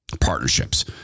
partnerships